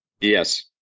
Yes